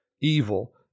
evil